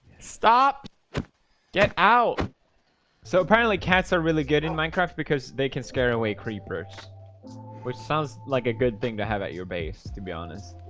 stop get out so apparently cats are really good in minecraft because they can scare away creepers which sounds like a good thing to have at your base, to be honest,